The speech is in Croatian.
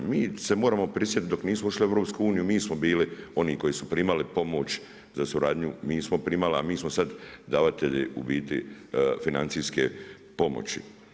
Mi se moramo prisjetiti dok nismo ušli u EU, mi smo bili oni koji su primali pomoć za suradnju, mi smo primali a mi smo sada davatelji u biti financijske pomoći.